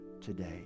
today